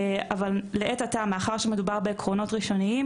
אבל לעת עתה מאחר שמדובר בעקרונות ראשוניים,